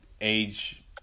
age